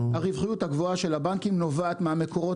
הרווחיות הגבוהה של הבנקים נובעת מהמקורות